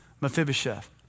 Mephibosheth